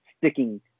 sticking